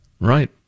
Right